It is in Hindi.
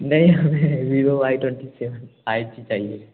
नहीं हमें Vivo Y twenty seven five G ही चाहिए